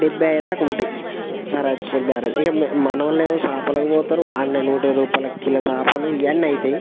డెబ్బై ఐదు దాకా ఉంటయి ఇక మనోల్లేమో సాపలకు పోతారు అక్కడనే నూట రూపాయాలకు కిలో సాపలు ఇయన్నీ అవుతాయి